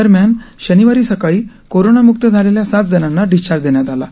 दरम्यान शनिवारी सकाळी कोरोनाम्क्त झालेल्या सात जणांना डिस्चार्ज देण्यात आला आहे